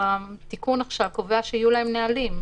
והתיקון עכשיו קובע שגם לשב"ס יהיו נהלים.